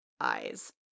eyes